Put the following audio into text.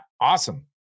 Awesome